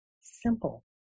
simple